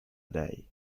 day